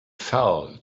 fell